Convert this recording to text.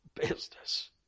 business